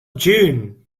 june